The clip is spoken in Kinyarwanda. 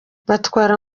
batwara